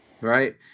right